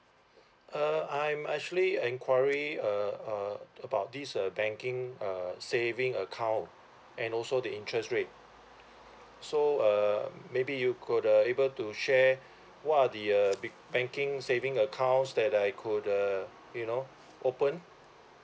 uh I'm actually enquiry uh about this uh banking uh saving account and also the interest rate so um maybe you could uh able to share what are the uh big banking saving account that I could uh you know open